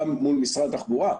גם מול משרד התחבורה,